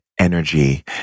Energy